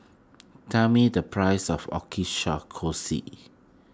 tell me the price of